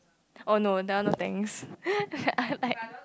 oh no that one no thanks I like